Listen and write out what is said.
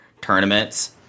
tournaments